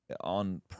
on